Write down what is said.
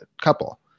couple